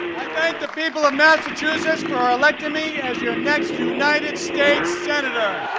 i thank the people of massachusetts for electing me as your next united states senator